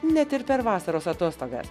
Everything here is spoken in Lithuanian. net ir per vasaros atostogas